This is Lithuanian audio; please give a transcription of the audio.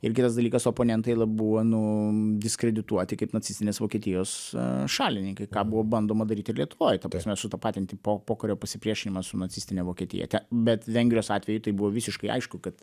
ir kitas dalykas oponentai la buvo nu diskredituoti kaip nacistinės vokietijos šalininkai ką buvo bandoma daryt ir lietuvoje ta prasme sutapatinti po pokario pasipriešinimą su nacistine vokietija bet vengrijos atveju tai buvo visiškai aišku kad